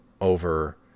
over